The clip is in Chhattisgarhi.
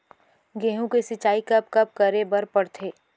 गेहूँ के सिंचाई कब कब करे बर पड़थे?